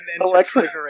Alexa